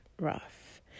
rough